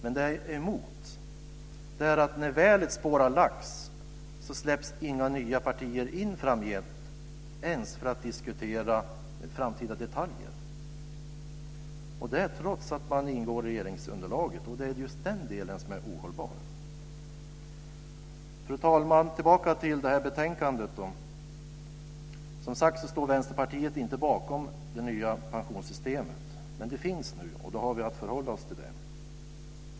Det jag är emot är att när väl ett spår har lagts släpps inga nya partier in framgent ens för att diskutera framtida detaljer - detta trots att man ingår i regeringsunderlaget. Det är just den delen som är ohållbar. Fru talman! Jag går tillbaka till detta betänkande. Vänsterpartiet står inte, som sagt var, bakom det nya pensionssystemet. Men det finns nu, och vi har att förhålla oss till det.